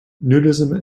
nudism